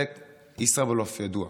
זה ישראבלוף ידוע.